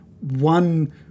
one